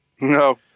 No